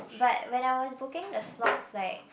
but when I was booking the slots like